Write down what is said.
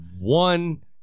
one